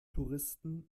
touristen